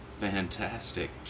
fantastic